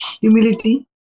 Humility